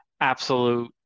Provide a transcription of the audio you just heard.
absolute